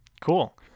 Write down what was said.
Cool